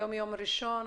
היום יום ראשון,